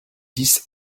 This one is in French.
dix